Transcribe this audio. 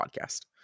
podcast